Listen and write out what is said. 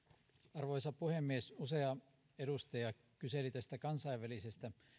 arvoisa puhemies usea edustaja kyseli tästä kansainvälisestä